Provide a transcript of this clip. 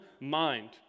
mind